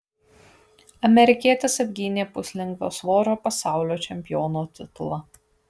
amerikietis apgynė puslengvio svorio pasaulio čempiono titulą